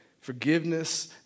forgiveness